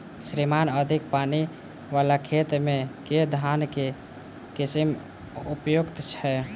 श्रीमान अधिक पानि वला खेत मे केँ धान केँ किसिम उपयुक्त छैय?